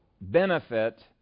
benefit